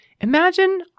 Imagine